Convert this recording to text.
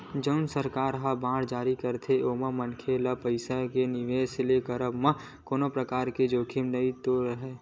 जउन सरकार ह बांड जारी करथे ओमा मनखे ल पइसा के निवेस के करब म कोनो परकार के जोखिम तो नइ राहय